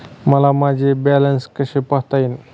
मला माझे बॅलन्स कसे पाहता येईल?